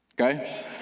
okay